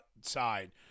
side